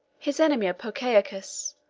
his enemy apocaucus,